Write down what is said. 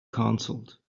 cancelled